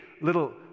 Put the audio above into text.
little